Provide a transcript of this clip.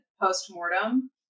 post-mortem